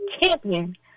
champion